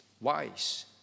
wise